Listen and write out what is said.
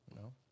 No